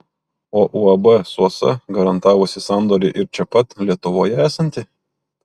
o uab suosa garantavusi sandorį ir čia pat lietuvoje esanti